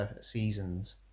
seasons